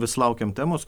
vis laukiam temos